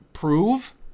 Prove